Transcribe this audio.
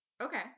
Okay